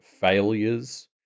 failures